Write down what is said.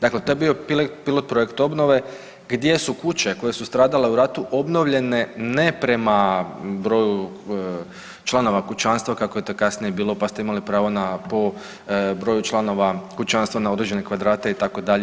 Dakle, to je bio pilot projekt obnove gdje su kuće koje su stradale u ratu obnovljene ne prema broju članova kućanstva kako je to kasnije bilo, pa ste imali pravo po broju članova kućanstva na određene kvadrate itd.